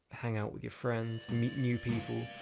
hang out with your friends, meet new people,